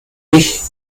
mich